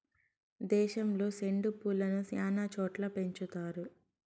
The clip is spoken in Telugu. దేశంలో సెండు పూలను శ్యానా చోట్ల పెంచుతారు